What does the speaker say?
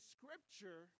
Scripture